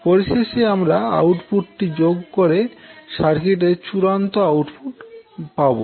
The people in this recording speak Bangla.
পরিশেষে আমরা আউটপুটটি যোগ করে সার্কিটের চূড়ান্ত আউটপুট পাবো